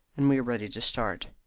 and we are ready to start.